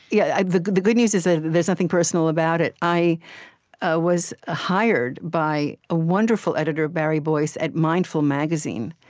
yeah the the good news is that there's nothing personal about it. i ah was ah hired by a wonderful editor, barry boyce at mindful magazine,